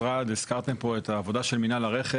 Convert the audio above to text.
הזכרתם פה את העבודה של מינהל הרכש.